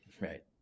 right